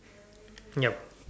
yup